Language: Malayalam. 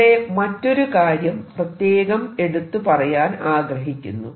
ഇവിടെ മറ്റൊരു കാര്യം പ്രത്യേകം എടുത്തു പറയാൻ ആഗ്രഹിക്കുന്നു